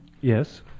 Yes